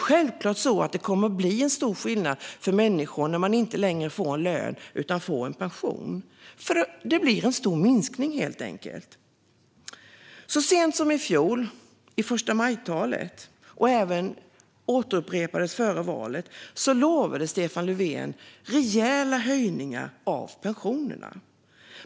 Självklart kommer det att bli en stor skillnad för människor när man inte längre får en lön utan en pension. Det blir helt enkelt en stor minskning. Så sent som i fjol, i förstamajtalet och även återupprepat före valet, lovade Stefan Löfven rejäla höjningar av pensionerna.